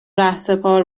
رهسپار